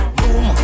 boom